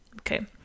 okay